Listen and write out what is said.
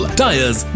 tires